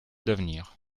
d’avenir